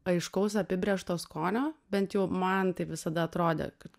aiškaus apibrėžto skonio bent jau man taip visada atrodė kad